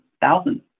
thousands